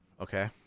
okay